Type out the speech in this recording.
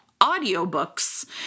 audiobooks